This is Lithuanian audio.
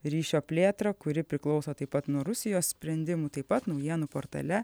ryšio plėtrą kuri priklauso taip pat nuo rusijos sprendimų taip pat naujienų portale